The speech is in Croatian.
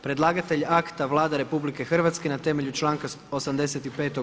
Predlagatelj akta Vlada RH na temelju članka 85.